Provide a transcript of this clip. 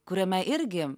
kuriame irgi